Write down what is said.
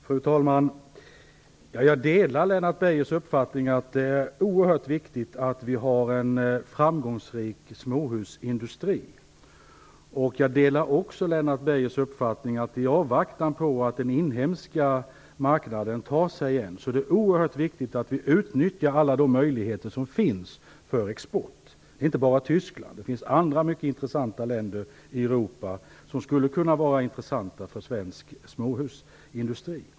Fru talman! Jag delar Lennart Beijers uppfattning att det är oerhört viktigt att vi har en framgångsrik småhusindustri. Jag delar också uppfattningen att det i avvaktan på att den inhemska marknaden ökar igen är oerhört viktigt att vi utnyttjar alla de möjligheter till export som finns. Det gäller inte bara export till Tyskland, utan det finns många andra intressanta länder i Europa som skulle kunna vara intressanta för svensk småhusindustri.